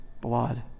blood